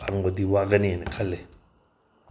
ꯐꯪꯕꯗꯤ ꯋꯥꯒꯅꯦꯅ ꯈꯜꯂꯤ